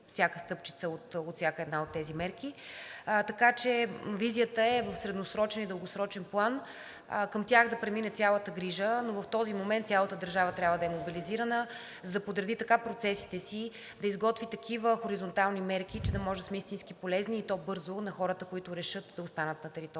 всяка стъпчица от всяка една от тези мерки, така че визията е в средносрочен и дългосрочен план към тях да премине цялата грижа. Но в този момент цялата държава трябва да е мобилизирана, за да подреди така процесите си, да изготви такива хоризонтални мерки, че да може да сме истински полезни, и то бързо, на хората, които решат да останат на територията